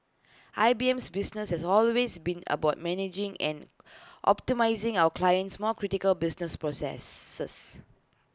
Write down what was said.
I B M business has always been about managing and optimising our clients more critical business process